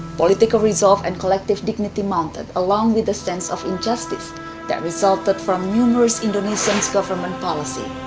political resolve and collective dignity mounted along with the sense of injustice that resulted from numerous indonesian's government policy,